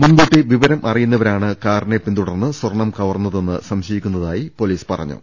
മുൻകൂട്ടി വിവര് അറിയുന്നവരാണ് കാറിനെ പിന്തുടർന്ന് സ്വർണം കവർന്നതെന്ന് സംശയിക്കുന്നതായി പൊലീസ് പറഞ്ഞു